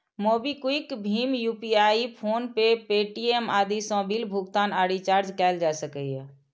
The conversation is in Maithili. मोबीक्विक, भीम यू.पी.आई, फोनपे, पे.टी.एम आदि सं बिल भुगतान आ रिचार्ज कैल जा सकैए